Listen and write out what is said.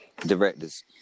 directors